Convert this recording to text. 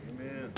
Amen